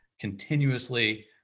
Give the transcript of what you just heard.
continuously